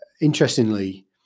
Interestingly